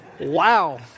wow